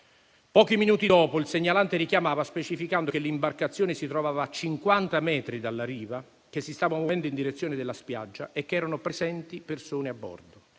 pochi minuti dopo il segnalante richiamava specificando che l'imbarcazione si trovava a 50 metri dalla riva, che si stava muovendo in direzione della spiaggia e che erano presenti persone a bordo.